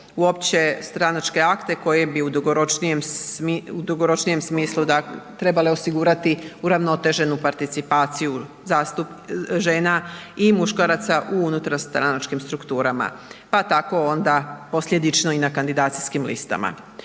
opće stranačke akte koje bi u dugoročnijem smislu trebale osigurati uravnoteženu participaciju žena i muškaraca u unutarstranačkim strukturama, pa tako onda posljedično i na kandidacijskim listama.